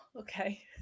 Okay